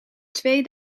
twee